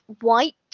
white